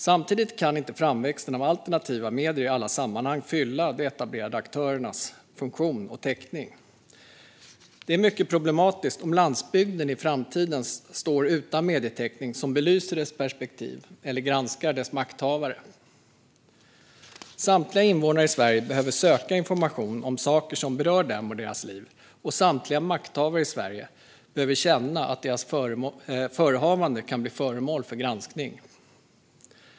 Samtidigt kan inte framväxten av alternativa medier i alla sammanhang fylla de etablerade aktörernas funktion och täckning. Det är mycket problematiskt om landsbygden i framtiden står utan medietäckning som belyser dess perspektiv eller granskar dess makthavare. Samtliga invånare i Sverige behöver söka information om saker som berör dem och deras liv, och samtliga makthavare i Sverige behöver känna att deras förehavanden kan bli föremål för granskning.